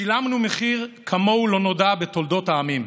שילמנו מחיר שכמוהו לא נודע בתולדות העמים.